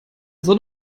sonn